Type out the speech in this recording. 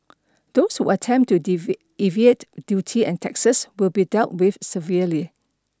those who attempt to evade duty and taxes will be dealt with severely